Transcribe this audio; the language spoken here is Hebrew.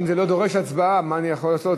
אם זה לא דורש הצבעה, מה אני יכול לעשות?